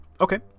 Okay